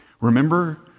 Remember